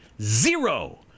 Zero